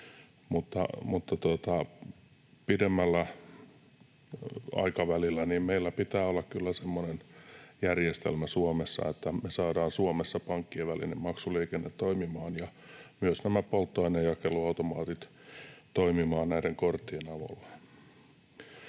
mutta pidemmällä aikavälillä meillä pitää olla kyllä semmoinen järjestelmä Suomessa, että me saadaan Suomessa pankkien välinen maksuliikenne toimimaan ja myös polttoaineenjakeluautomaatit toimimaan näiden korttien avulla.